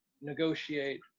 negotiate